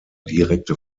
direkte